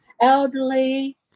elderly